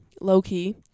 low-key